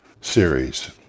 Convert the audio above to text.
series